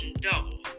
double